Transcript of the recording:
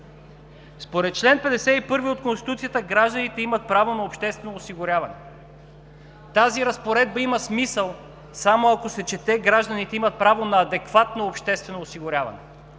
Според чл. 51 от Конституцията гражданите имат право на обществено осигуряване. Тази разпоредба има смисъл само ако се чете: „гражданите имат право на адекватно обществено осигуряване“,